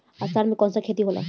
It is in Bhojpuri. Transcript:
अषाढ़ मे कौन सा खेती होला?